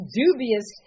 dubious